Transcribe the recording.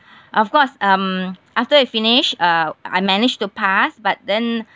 of course um after we finish uh I manage to pass but then